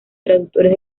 traductores